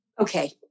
Okay